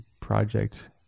project